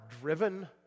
driven